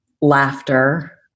laughter